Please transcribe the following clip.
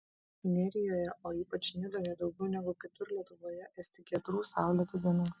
nerijoje o ypač nidoje daugiau negu kitur lietuvoje esti giedrų saulėtų dienų